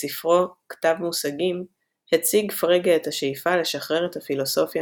בספרו "כתב מושגים" הציג פרגה את השאיפה לשחרר את הפילוסופיה